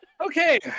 Okay